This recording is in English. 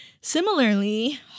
Similarly